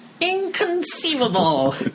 Inconceivable